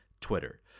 Twitter